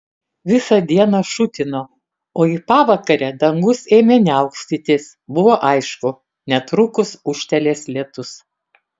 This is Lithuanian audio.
visą dieną šutino o į pavakarę dangus ėmė niaukstytis buvo aišku netrukus ūžtelės lietus